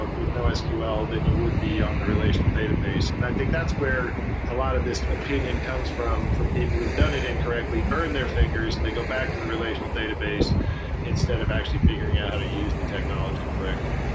with nosql that and you would be on the relational database. and i think that's where a lot of this opinion comes from, from people who've done it incorrectly. burn their fingers and they go back to the relational database instead of actually figuring out a use the technology correctly.